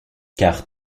car